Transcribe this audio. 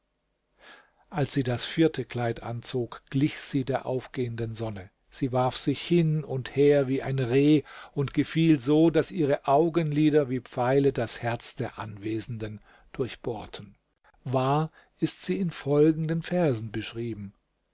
als sie das vierte kleid anzog glich sie der aufgehenden sonne sie warf sich hin und her wie ein reh und gefiel so daß ihre augenlider wie pfeile das herz der anwesenden durchbohrten wahr ist sie in folgenden versen beschrieben